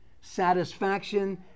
satisfaction